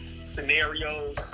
scenarios